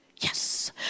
Yes